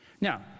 Now